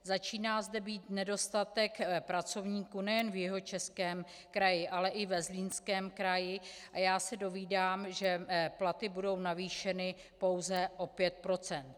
Začíná zde být nedostatek pracovníků nejen v Jihočeském kraji, ale i ve Zlínském kraji, a já se dovídám, že platy budou navýšeny pouze o 5 procent.